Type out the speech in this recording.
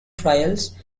trials